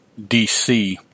DC